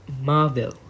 marvel